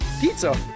Pizza